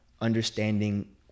understanding